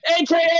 AKA